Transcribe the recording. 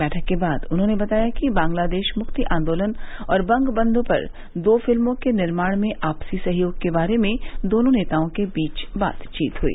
बैठक के बाद उन्होंने बताया कि बांग्लादेश मुक्ति आंदोलन और बंगबंध पर दो फिल्मों के निर्माण में आपसी सहयोग के बारे में दोनों नेताओं के बीच बातचीत हुई